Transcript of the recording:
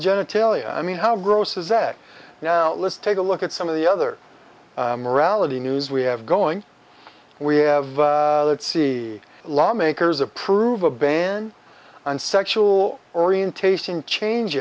genitalia i mean how gross is that now let's take a look at some of the other morality news we have going we have see lawmakers approve a ban on sexual orientation change